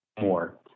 more